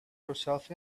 yourself